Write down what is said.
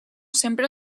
sempre